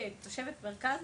כתושבת המרכז,